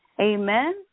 Amen